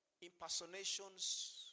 impersonations